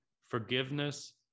forgiveness